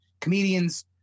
Comedians